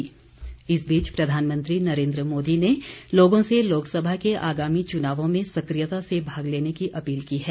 प्रधानमंत्री इस बीच प्रधानमंत्री नरेन्द्र मोदी ने लोगों से लोकसभा के आगामी चुनावों में सक्रियता से भाग लेने की अपील की है